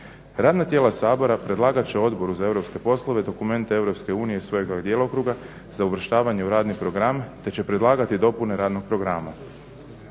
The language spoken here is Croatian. Radna tijela Sabora predlagat će Odboru za europske poslove dokumente Europske unije iz svojega djelokruga za uvrštavanje u radni program te će predlagati dopune radnog programa.